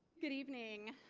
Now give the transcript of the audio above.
good evening.